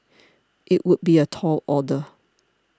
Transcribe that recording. it would be a tall order